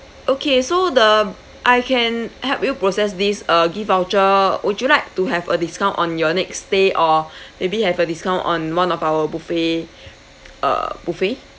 okay so the I can help you process this uh gift voucher would you like to have a discount on your next day or maybe have a discount on one of our buffet uh buffet